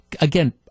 again